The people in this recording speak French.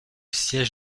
siège